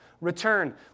return